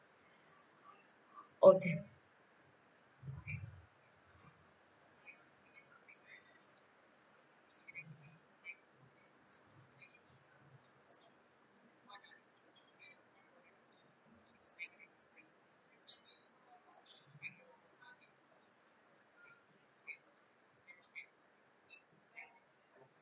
okay